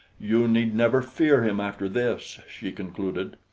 you need never fear him after this, she concluded.